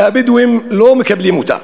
והבדואים לא מקבלים אותה.